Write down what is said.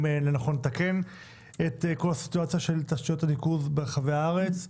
לנכון לתקן את נושא תשתיות הניקוז ברחבי הארץ.